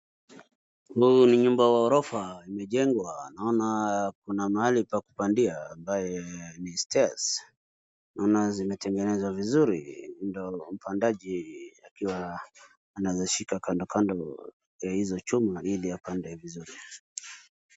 Huu ni nyumba wa ghorofa imejengwa naona kuna mahali pa kupandia ambaye ni stairs naona zimetengenezwa vizuri ndio mpandaji akiwa anaweza shika kando kando ya hizo chuma ili apande vizuri